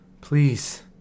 please